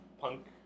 punk